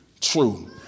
true